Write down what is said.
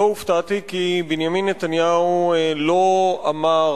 לא הופתעתי, כי בנימין נתניהו לא אמר